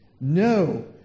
No